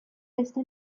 resta